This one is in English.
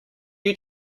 you